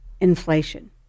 inflation